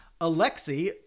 Alexi